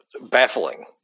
baffling